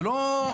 זה לא,